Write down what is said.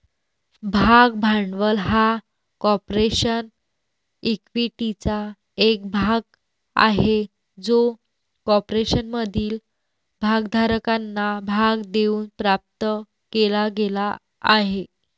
भाग भांडवल हा कॉर्पोरेशन इक्विटीचा एक भाग आहे जो कॉर्पोरेशनमधील भागधारकांना भाग देऊन प्राप्त केला गेला आहे